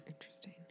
Interesting